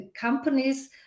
companies